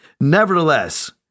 Nevertheless